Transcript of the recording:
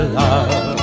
love